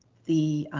the